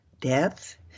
death